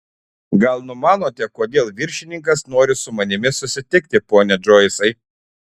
gal numanote kodėl viršininkas nori su manimi susitikti pone džoisai